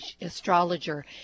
astrologer